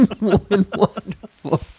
Wonderful